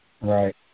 Right